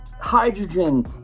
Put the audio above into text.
Hydrogen